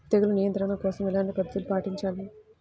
తెగులు నియంత్రణ కోసం ఎలాంటి పద్ధతులు పాటించాలి?